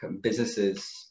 businesses